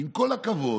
עם כל הכבוד,